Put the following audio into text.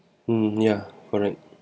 mm ya correct